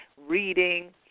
reading